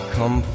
Come